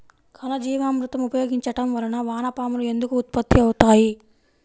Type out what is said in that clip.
ఘనజీవామృతం ఉపయోగించటం వలన వాన పాములు ఎందుకు ఉత్పత్తి అవుతాయి?